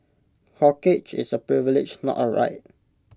corkage is A privilege not A right